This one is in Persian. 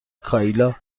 کایلا